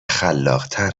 خلاقتر